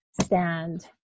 stand